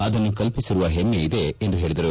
ಆದನ್ನು ಕಲ್ಪಿಸಿರುವ ಹೆಮ್ನೆಯಿದೆ ಎಂದು ಹೇಳಿದರು